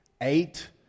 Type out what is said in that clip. Eight